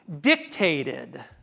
dictated